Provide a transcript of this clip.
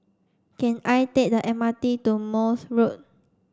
can I take the M R T to Morse Road